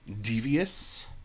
devious